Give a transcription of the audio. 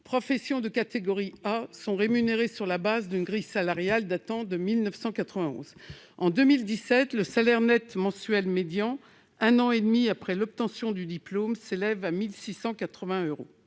profession de catégorie A, sont rémunérés sur la base d'une grille salariale datant de 1991. En 2017, leur salaire net mensuel médian, un an et demi après l'obtention du diplôme, s'élevait à 1 680 euros.